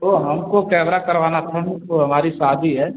तो हमको कैमरा करवाना था हमको हमारी शादी है